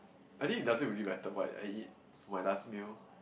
I think it doesn't really matter what I eat for my last meal